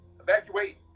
evacuate